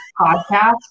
podcast